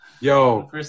Yo